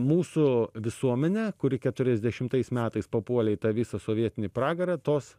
mūsų visuomenė kuri keturiasdešimtais metais papuolė į tą visą sovietinį pragarą tos